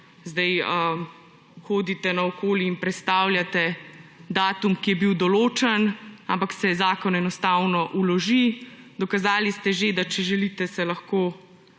zdaj hodite naokoli in prestavljate datum, ki je bil določen, ampak se zakon enostavno vloži. Dokazali ste že, da če želite, se lahko